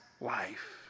life